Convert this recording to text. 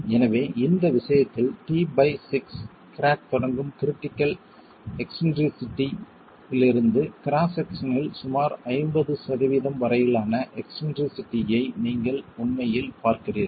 எனவே இந்த விஷயத்தில் t6 கிராக் தொடங்கும் கிரிட்டிகள் எக்ஸ்ன்ட்ரிசிட்டி இலிருந்து கிராஸ் செக்சனில் சுமார் 50 சதவீதம் வரையிலான எக்ஸ்ன்ட்ரிசிட்டியை நீங்கள் உண்மையில் பார்க்கிறீர்கள்